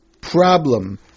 problem